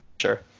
Sure